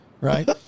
Right